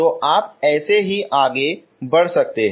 तो आप ऐसे ही आगे बढ़ सकते हैं